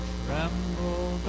tremble